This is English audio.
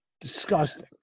Disgusting